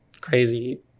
crazy